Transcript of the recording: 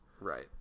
Right